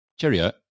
cheerio